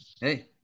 Hey